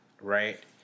right